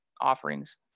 offerings